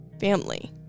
family